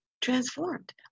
transformed